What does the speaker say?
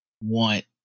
want